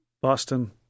Boston